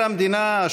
בתוך המדינה,